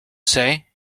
say